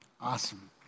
Awesome